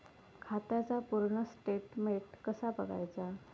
खात्याचा पूर्ण स्टेटमेट कसा बगायचा?